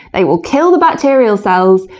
they will kill the bacterial cells,